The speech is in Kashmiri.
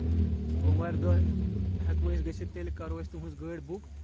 بوموارِ دۄہ ہؠکو أسۍ گٔژھِتھ تیٚلہِ کَرو أسۍ تُہٕنٛز گٲڑۍ بُک